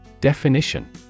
Definition